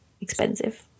expensive